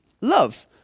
love